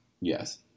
Yes